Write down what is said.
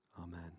amen